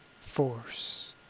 force